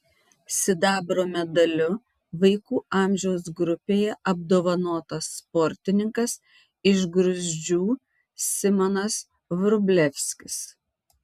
sidabro medaliu vaikų amžiaus grupėje apdovanotas sportininkas iš gruzdžių simonas vrublevskis